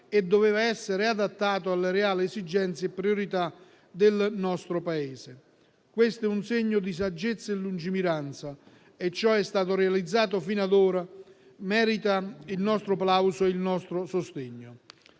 e doveva essere adattato alle reali esigenze e priorità del nostro Paese. È un segno di saggezza e lungimiranza e ciò che è stato realizzato fino ad ora merita il nostro plauso e il nostro sostegno.